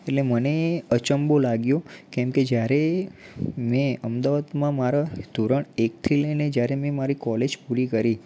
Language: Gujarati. એટલે મને અચંબો લાગ્યો કેમ કે જયારે મેં અમદાવાદમાં મારા ધોરણ એકથી લઇને જયારે મેં મારી કૉલેજ પૂરી કરી